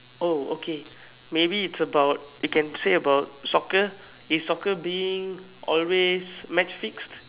oh okay maybe it's about you can say about soccer is soccer always being match fixed